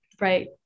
Right